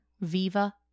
Viva